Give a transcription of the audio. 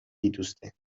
dituzte